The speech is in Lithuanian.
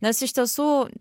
nes iš tiesų